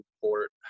port